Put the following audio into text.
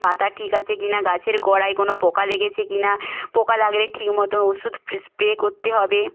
পাতা ঠিক আছে কি না গাছের গোড়ায় কোনো পোকা লেগেছে কি না পোকা লাগলে ঠিক মতন ওষুধ স্প্রে করতে হবে